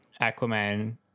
Aquaman